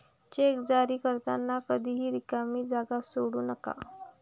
check जारी करताना कधीही रिकामी जागा सोडू नका